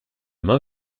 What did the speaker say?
main